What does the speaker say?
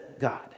God